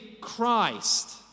Christ